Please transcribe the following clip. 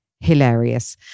hilarious